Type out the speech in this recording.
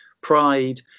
pride